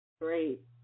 Great